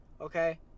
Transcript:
okay